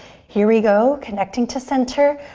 here we go, connecting to center.